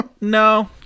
no